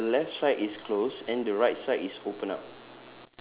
ya on the left side is closed and the right side is open up